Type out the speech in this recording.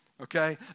okay